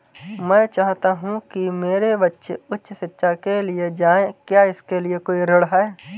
मैं चाहता हूँ कि मेरे बच्चे उच्च शिक्षा के लिए जाएं क्या इसके लिए कोई ऋण है?